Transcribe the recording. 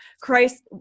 Christ